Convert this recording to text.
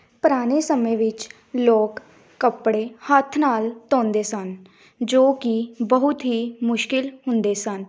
ਪੁਰਾਣੇ ਸਮੇਂ ਵਿੱਚ ਲੋਕ ਕੱਪੜੇ ਹੱਥ ਨਾਲ ਧੋਂਦੇ ਸਨ ਜੋ ਕਿ ਬਹੁਤ ਹੀ ਮੁਸ਼ਕਲ ਹੁੰਦੇ ਸਨ